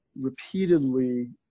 repeatedly